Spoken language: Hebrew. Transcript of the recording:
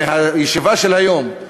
בישיבה של היום,